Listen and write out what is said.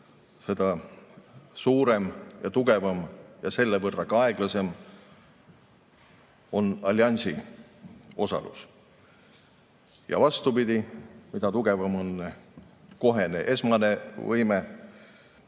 seda suurem ja tugevam ja selle võrra aeglasem on alliansi osalus. Ja vastupidi, mida tugevam on kohene, esmane võime,